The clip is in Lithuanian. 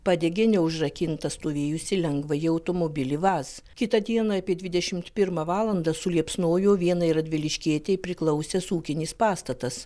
padegė neužrakintą stovėjusį lengvąjį automobilį vaz kitą dieną apie dvidešimt pirmą valandą suliepsnojo vienai radviliškietei priklausęs ūkinis pastatas